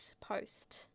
post